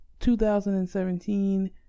2017